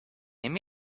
him